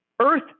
earth